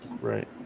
Right